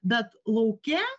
bet lauke